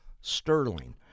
sterling